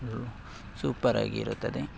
ಇದು ಸೂಪರಾಗಿರುತ್ತದೆ